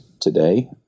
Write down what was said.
today